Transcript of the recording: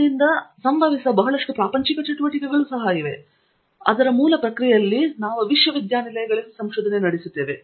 ಇದರಿಂದ ಸಂಭವಿಸುವ ಬಹಳಷ್ಟು ಪ್ರಾಪಂಚಿಕ ಚಟುವಟಿಕೆಗಳು ಸಹ ಇವೆ ಅದರ ಮೂಲಕ ಪ್ರಕ್ರಿಯೆಯಲ್ಲಿ ನಾವು ವಿಶ್ವವಿದ್ಯಾನಿಲಯಗಳಲ್ಲಿ ಸಂಶೋಧನೆ ನಡೆಸುತ್ತೇವೆ